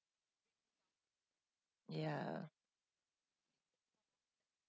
ya